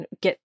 get